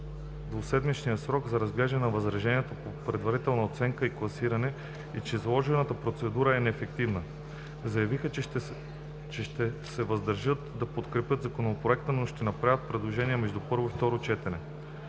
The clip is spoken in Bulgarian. двуседмичният срок за разглеждане на възраженията по предварителната оценка и класирането и че заложената процедура е неефективна. Заявиха, че ще се въздържат да подкрепят Законопроекта, но ще направят предложения между първо и второ четене.